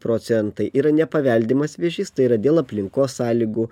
procentai yra nepaveldimas vėžys tai yra dėl aplinkos sąlygų